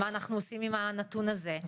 מה אנחנו עושים עם הנתון הזה?